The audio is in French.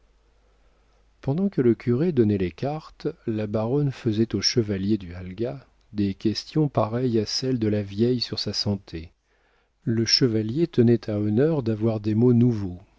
pendant que le curé donnait les cartes la baronne faisait au chevalier du halga des questions pareilles à celles de la veille sur sa santé le chevalier tenait à honneur d'avoir des maux nouveaux